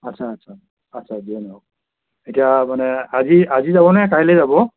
আচ্ছা আচ্ছা আচ্ছা যিয়ে নহওক এতিয়া মানে আজি আজি যাব নে কাইলৈ যাব